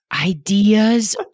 Ideas